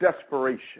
desperation